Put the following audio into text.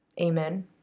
Amen